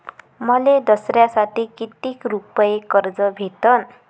मले दसऱ्यासाठी कितीक रुपये कर्ज भेटन?